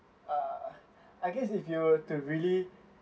uh I guess if you were to really